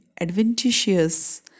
adventitious